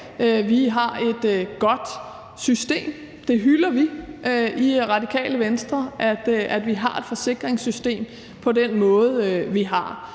Vi har et godt system. Det hylder vi i Radikale Venstre, altså at vi har et forsikringssystem på den måde, vi har.